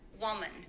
woman